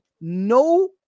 no